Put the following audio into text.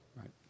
right